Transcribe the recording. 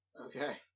Okay